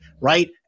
right